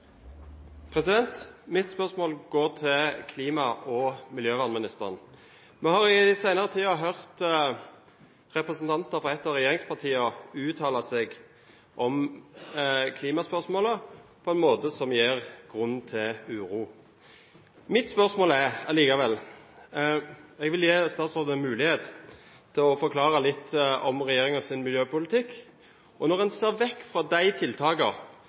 hovedspørsmål. Mitt spørsmål går til klima- og miljøministeren. Vi har i den senere tid hørt representanter fra et av regjeringspartiene uttale seg om klimaspørsmålet på en måte som gir grunn til uro. Jeg vil likevel gi statsråden en mulighet til å forklare litt om regjeringens miljøpolitikk. Når en ser vekk fra de